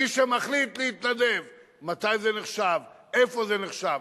מי שמחליט להתנדב, מתי זה נחשב, איפה זה נחשב.